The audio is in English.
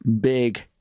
big